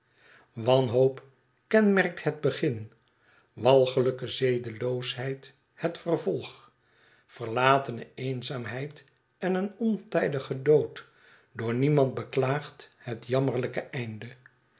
wanhoop kenmerkt het begin walgelijke zedeloosheid het yervolg verlatene eenzaamheid en een ontijdige dood door niemand beklaagd het jammerlijke einde